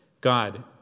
God